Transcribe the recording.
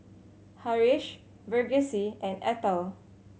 Haresh Verghese and Atal